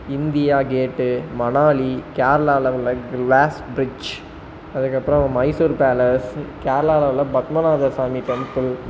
India gate Manali கேரளாவில் உள்ள glass fridge அதுக்கு அப்புறம் மைசூர் பேலஸ் கேரளாவில் உள்ள பத்மநாதர் சாமி டெம்பிள்